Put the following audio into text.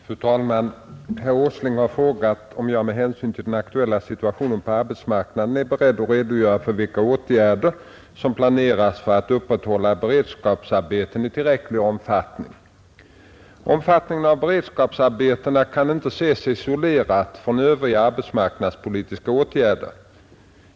Fru talman! Herr Åsling har frågat om jag med hänsyn till den aktuella situationen på arbetsmarknaden är beredd att redogöra för vilka åtgärder som planeras för att upprätthålla beredskapsarbeten i tillräcklig omfattning. Omfattningen av beredskapsarbetena kan inte ses isolerad från övriga arbetsmarknadspolitiska åtgärder.